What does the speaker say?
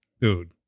Dude